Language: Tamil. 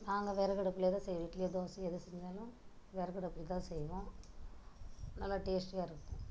நாங்கள் விறகு அடுப்பிலே தான் செய் இட்லியோ தோசை எது செஞ்சாலும் விறகு அடுப்பில் தான் செய்வோம் நல்லா டேஸ்டியாக இருக்கும்